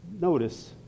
notice